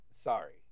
sorry